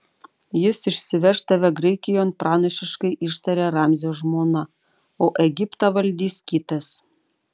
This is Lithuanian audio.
jis išsiveš tave graikijon pranašiškai ištarė ramzio žmona o egiptą valdys kitas